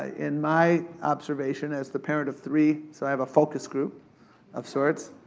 ah in my observation, as the parent of three, so i have a focus group of sorts.